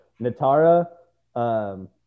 Natara